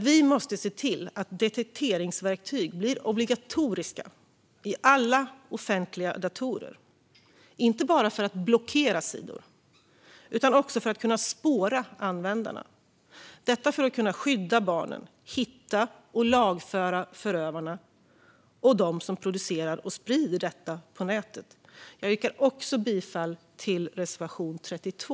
Vi måste se till att detekteringsverktyg blir obligatoriska i alla offentliga datorer, inte bara för att blockera sidor utan också för att kunna spåra användarna. Detta måste ske för att kunna skydda barnen, hitta och lagföra förövarna samt dem som producerar och sprider pornografi på nätet. Jag yrkar också bifall till reservation 32.